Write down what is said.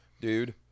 Dude